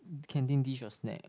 canteen dish or snack